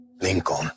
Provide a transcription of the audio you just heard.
Lincoln